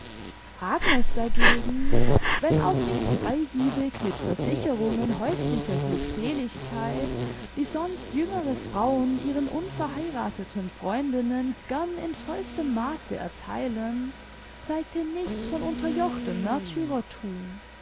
agnes dagegen wenn auch nicht freigebig mit versicherungen häuslicher glückseligkeit die sonst jüngere frauen ihren unverheiratheten freundinnen gern in vollstem maße ertheilen zeigte nichts von unterjochtem